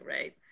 right